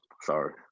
Sorry